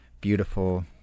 beautiful